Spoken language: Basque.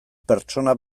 pertsona